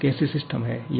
यह कैसी सिस्टम है